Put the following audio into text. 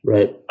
Right